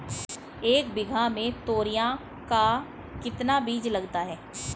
एक बीघा में तोरियां का कितना बीज लगता है?